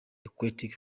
aquatic